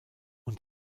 und